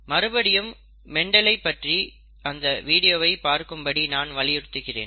மறுபடியும் மெண்டலை பற்றிய அந்த வீடியோவை பார்க்கும் படி நான் வலியுறுத்துகிறேன்